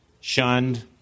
shunned